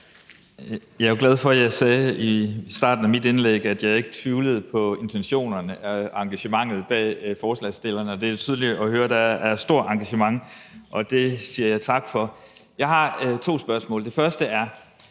Jeg er jo glad for, at jeg i starten af mit indlæg sagde, at jeg ikke tvivlede på intentionerne og engagementet hos forslagsstillerne, for det er tydeligt at høre, at der er et stort engagement, og det siger jeg tak for. Jeg har to spørgsmål . Det første